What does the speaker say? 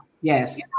Yes